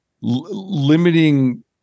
limiting